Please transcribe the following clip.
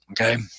Okay